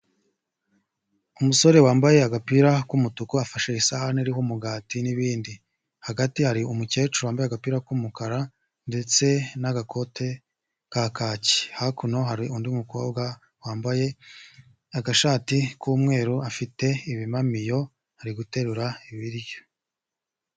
Umusore wambaye agapira k'umutuku afashe isahani iriho umugati n'ibindi hagati hari umukecuru wambaye agapira k'umukara ndetse n'agakote ka kaki hakuno hari undi mukobwa wambaye agashati k'umweru afite ibimamiyo ari guterura ibiryo.